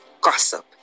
gossip